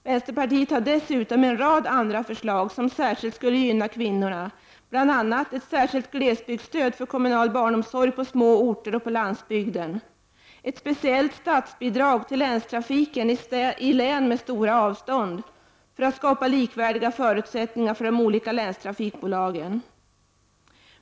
Vänsterpartiet har dessutom en rad andra förslag som särskilt skulle gynna kvinnorna, bl.a. ett särskilt glesbygdsstöd för kommunal barnomsorg på små orter och på landsbygden och ett speciellt statsbidrag till länstrafiken i län med stora avstånd, för att skapa likvärdiga förutsättningar för de olika länstrafikbolagen.